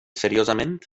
seriosament